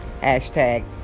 hashtag